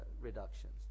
reductions